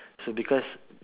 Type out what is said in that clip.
so because